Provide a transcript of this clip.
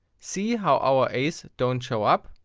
see how our as don't show up?